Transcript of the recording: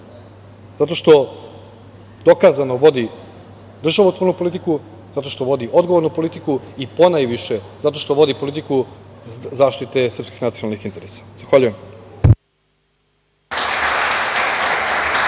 zato što dokazano vodi državotvornu politiku, zato što vodi odgovornu politiku i ponajviše, zato što vodi politiku zaštite srpskih nacionalnih interesa. Zahvaljujem.